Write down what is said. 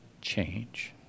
change